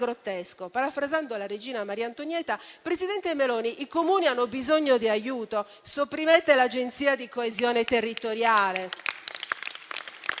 grottesco. Parafrasando la regina Maria Antonietta, presidente del Consiglio Meloni, i Comuni hanno bisogno di aiuto, sopprimete l'Agenzia di coesione territoriale.